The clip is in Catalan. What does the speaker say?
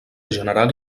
general